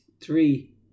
three